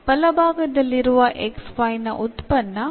ഇതിൽ വലതുവശത്ത് എന്നിവയുടെ ഒരു ഫങ്ക്ഷൻ ആയിരിക്കും